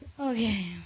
Okay